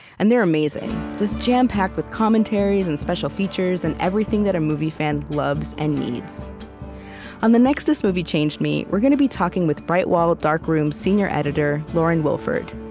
and they are amazing, just jam-packed with commentaries and special features and everything that a movie fan loves and needs on the next this movie changed me, we're going to be talking with bright wall dark room's senior editor, lauren wilford.